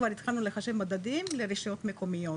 כבר התחלנו לחשב מדדים לרשויות המקומיות.